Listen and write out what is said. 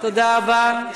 תודה רבה,